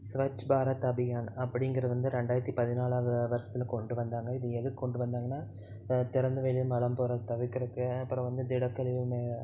ஸ்வச் பாரத் அபியான் அப்படிங்கிறது வந்து ரெண்டாயிரத்து பதினாலாவது வருஷத்தில் கொண்டு வந்தாங்க இது எதுக்கு கொண்டு வந்தாங்கன்னா திறந்த வழியில் மலம் போகறது தவிர்க்கிறக்கு அப்புறம் வந்து திடக்கழிவு மே